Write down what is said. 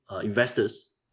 investors